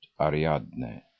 Ariadne